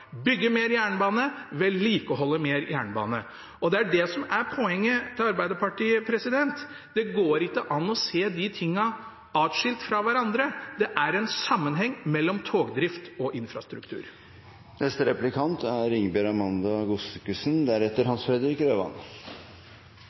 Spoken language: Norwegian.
bygge mer jernbane og vedlikeholde mer jernbane. Og det er det som er poenget til Arbeiderpartiet: Det går ikke an å se de tingene adskilt. Det er en sammenheng mellom togdrift og infrastruktur. Jeg vil gjenta noe av Jegstads spørsmål, for jeg er